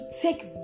take